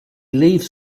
leaves